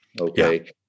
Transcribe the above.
Okay